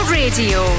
radio